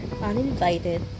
uninvited